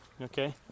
Okay